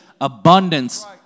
abundance